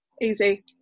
Easy